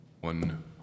one